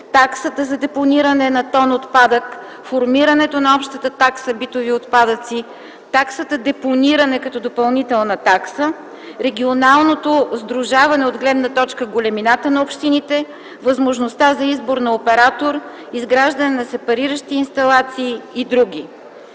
таксата за депониране на тон отпадък, формирането на общата такса „Битови отпадъци”, таксата „Депониране”, като допълнителна такса, регионалното сдружаване от гледна точка големината на общините, възможността за избор на оператор, изграждане на сепариращи инсталации и др.